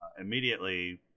immediately